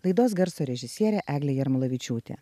laidos garso režisierė eglė jarmolavičiūtė